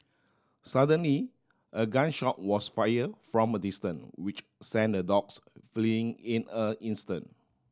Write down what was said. suddenly a gun shot was fire from a distance which sent the dogs fleeing in a instant